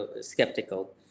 skeptical